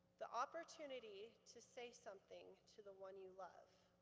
the opportunity to say something to the one you love.